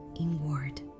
inward